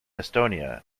estonia